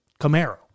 Camaro